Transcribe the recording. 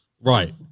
right